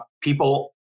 People